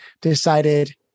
decided